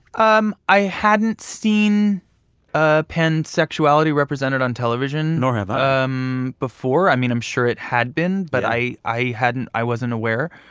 um i hadn't seen ah pansexuality represented on television. nor have i. um before. i mean, i'm sure it had been. but i i hadn't i wasn't aware.